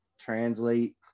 translate